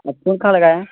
آپ فون کہاں لگائے ہیں